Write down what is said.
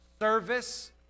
service